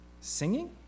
Singing